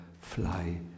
fly